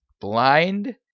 Blind